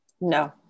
No